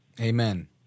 Amen